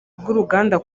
bw’uruganda